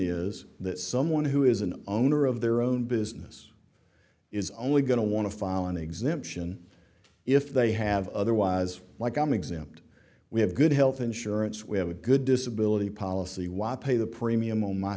is that someone who is an owner of their own business is only going to want to file an exemption if they have otherwise like i'm exempt we have good health insurance we have a good disability policy wot pay the premium on my